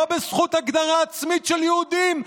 בזכות הגדרה עצמית של יהודים,